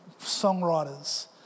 songwriters